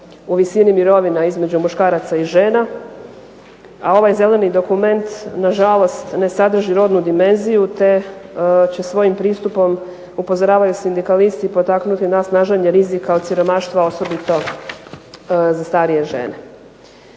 u visini mirovina između muškaraca i žena, a ovaj zeleni dokument nažalost ne sadrži rodnu dimenziju te će svojim pristupom upozoravaju sindikalisti potaknuti na snaženje rizika od siromaštva osobito za starije žene.